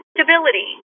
Stability